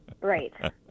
Right